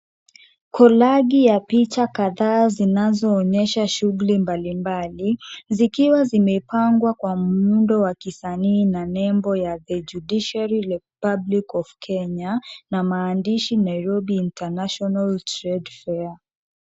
Kolagi ya picha kadhaa zinazoonyesha shughuli mbalimbali, zikiwa zimepangwa kwa muundo wa kisanii na nembo ya The Judiciary Republic of Kenya na maandishi Nairobi International Trade Fair .